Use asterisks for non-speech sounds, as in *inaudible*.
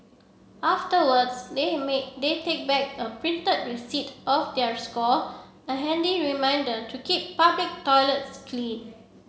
afterwards they *unintelligible* they take back a printed *unintelligible* of their score a handy reminder to keep public toilets clean